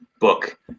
book